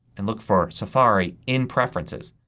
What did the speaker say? and look for safari in preferences.